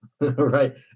right